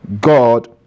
god